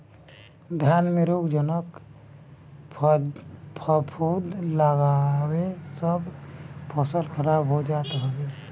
धान में रोगजनक फफूंद लागला से सब फसल खराब हो जात हवे